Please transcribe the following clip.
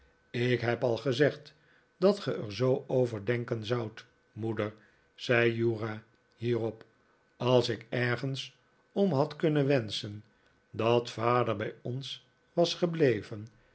ik heb al gezegd dat ge er zoo over denken zoudt moeder zei uriah hierop als ik ergens om had kunnen wenschen dat vader bij ons was gebleven